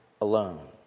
alone